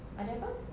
ada apa